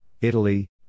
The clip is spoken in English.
Italy